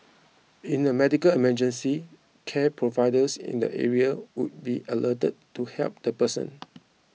in a medical emergency care providers in the area would be alerted to help the person